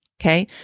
okay